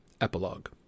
Epilogue